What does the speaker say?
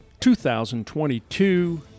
2022